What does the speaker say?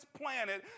planet